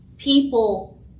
People